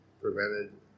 prevented